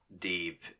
deep